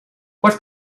what